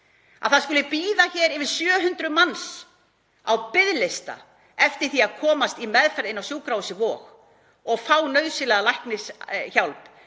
Að það skuli bíða hér yfir 700 manns á biðlista eftir því að komast í meðferð inn á sjúkrahúsið á Vogi og fá nauðsynlega læknishjálp